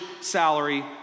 salary